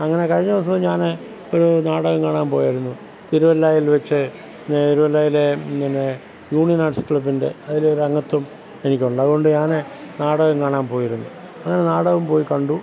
അങ്ങനെ കഴിഞ്ഞ ദിവസം ഞാൻ ഒരു നാടകം കാണാൻ പോയിരുന്നു തിരുവല്ലയിൽ വെച്ച് തിരുവല്ലയിലെ പിന്നെ യൂണിയൻ ആർട്സ് ക്ലബ്ബിൻ്റെ അതിൽ ഒരു അംഗത്വം എനിക്കുണ്ട് അതുകൊണ്ട് ഞാൻ നാടകം കാണാൻ പോയിരുന്നു അങ്ങനെ നാടകം പോയി കണ്ടു